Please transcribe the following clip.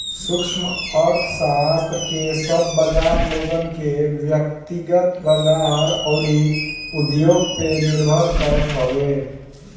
सूक्ष्म अर्थशास्त्र कअ सब बाजार लोगन के व्यकतिगत बाजार अउरी उद्योग पअ निर्भर करत हवे